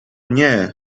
nie